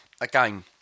Again